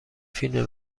فیلم